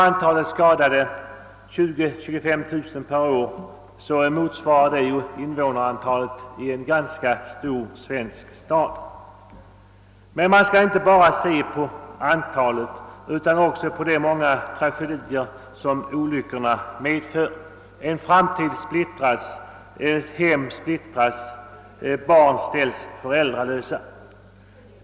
Antalet skadade i trafiken, 20000 till 25000 per år, motsvarar invånarantalet i en ganska stor svensk stad. Man skall emellertid inte bara se på antalet olycksoffer utan också tänka på de många andra tragedier som olyckorna medför: en framtid spolieras, ett hem splittras, barn ställs föräldralösa.